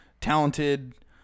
talented